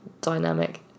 dynamic